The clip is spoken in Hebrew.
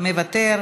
מוותר,